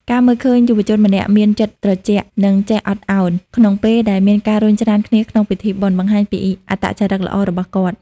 ការមើលឃើញយុវជនម្នាក់មាន "ចិត្តត្រជាក់" និង "ចេះអត់ឱន" ក្នុងពេលដែលមានការរុញច្រានគ្នាក្នុងពិធីបុណ្យ បង្ហាញពីអត្តចរិតល្អរបស់គាត់។